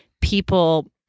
people